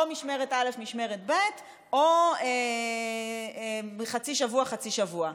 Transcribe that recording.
או משמרת א' משמרת ב', או חצי שבוע חצי שבוע.